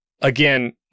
again